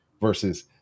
versus